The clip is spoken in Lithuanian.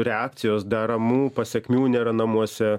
reakcijos daromų pasekmių nėra namuose